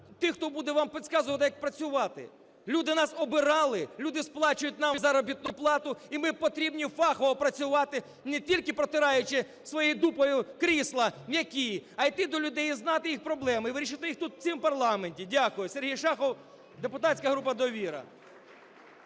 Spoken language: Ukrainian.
тих, хто буде вам підказувати, як працювати? Люди нас обирали, люди сплачують нам заробітну плату і ми повинні фахово працювати, не тільки протираючи своєю дупою крісла м'які, а йти до людей і знати їх проблеми, і вирішити їх тут в цьому парламенті. Дякую. Сергій Шахов, депутатська група "Довіра".